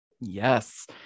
Yes